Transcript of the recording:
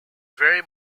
very